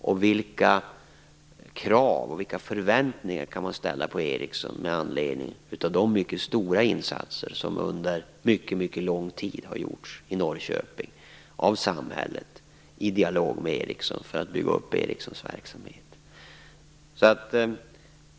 Och vilka krav på förbättringar kan man ställa på Ericsson med anledning av de mycket stora insatser som under mycket lång tid har gjorts i Norrköping av samhället i dialog med Ericsson för att bygga upp Ericssons verksamhet?